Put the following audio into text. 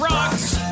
Rocks